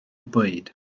bwyd